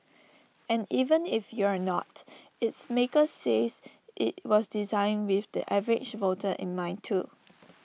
and even if you're not its makers say IT was designed with the average voter in mind too